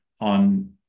on